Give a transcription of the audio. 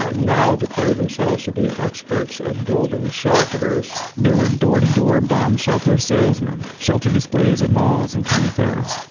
ah now declare themselves to be experts at building shelters they were door to door bomb shelter salesman, shelter displays at malls and county fairs.